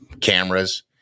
cameras